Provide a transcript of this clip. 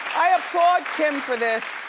i applaud kim for this.